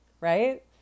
right